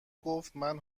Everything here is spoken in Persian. گفتمن